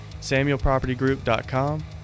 SamuelPropertyGroup.com